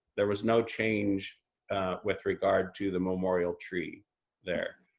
there was no change with regard to the memorial tree there,